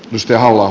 jos teholla